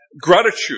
gratitude